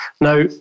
Now